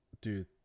dude